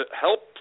help